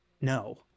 No